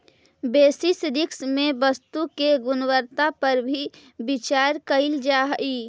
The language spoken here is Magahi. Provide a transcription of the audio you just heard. बेसिस रिस्क में वस्तु के गुणवत्ता पर भी विचार कईल जा हई